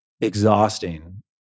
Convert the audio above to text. exhausting